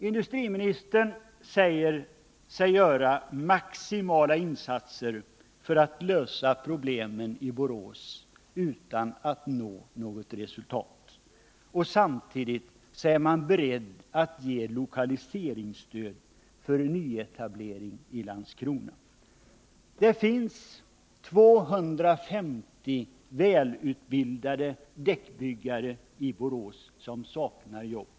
Industriministern säger sig göra maximala insatser för att lösa problemen i Borås, och samtidigt är regeringen beredd att ge lokaliseringsstöd för nyetablering i Landskrona. I Borås finns 250 välutbildade däckbyggare som saknar jobb.